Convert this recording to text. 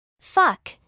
Fuck